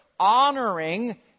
Honoring